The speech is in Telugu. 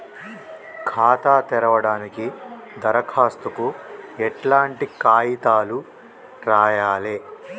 ఖాతా తెరవడానికి దరఖాస్తుకు ఎట్లాంటి కాయితాలు రాయాలే?